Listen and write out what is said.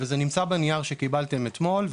וזה נמצא בנייר שקיבלתם אתמול,